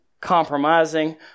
compromising